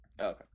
Okay